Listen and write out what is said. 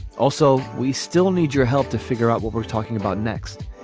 also, we still need your help to figure out what we're talking about next.